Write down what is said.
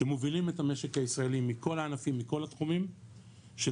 שמובילים את המשק הישראלי מכל הענפים ומכל התחומים כשלמעשה